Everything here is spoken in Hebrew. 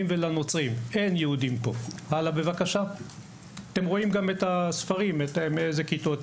ולנוצרים.״ אפשר גם לראות לאילו כיתות מיועדים הספרים האלה.